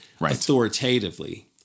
authoritatively